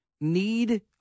need